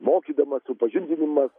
mokydamas supažindinimas